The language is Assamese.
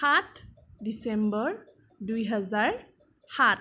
সাত ডিচেম্বৰ দুই হাজাৰ সাত